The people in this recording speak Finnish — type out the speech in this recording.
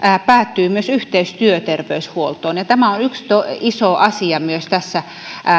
päättyy myös yhteys työterveyshuoltoon ja tämä on yksi iso asia myös tässä